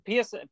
PS